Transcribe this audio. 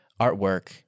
artwork